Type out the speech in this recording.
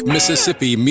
Mississippi